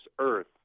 earth